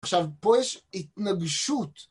עכשיו, פה יש התנגשות.